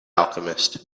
alchemist